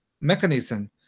mechanism